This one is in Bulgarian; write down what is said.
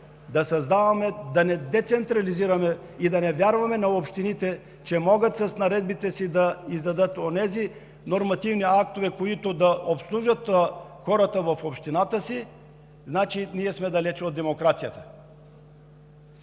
по този начин да не децентрализираме и да не вярваме на общините, че могат с наредбите си да издадат онези нормативни актове, които да обслужат хората в общината си, значи ние сме далече от демокрацията.